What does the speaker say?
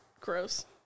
gross